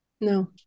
no